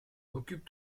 occupe